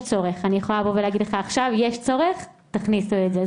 יכולה להגיד לך עכשיו, יש צורך, תכניסו את זה.